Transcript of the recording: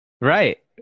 Right